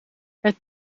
het